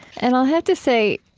and i'll have to say,